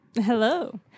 hello